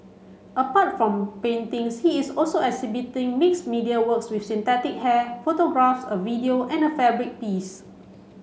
apart from paintings he is also exhibiting mixed media works with synthetic hair photographs a video and a fabric piece